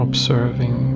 Observing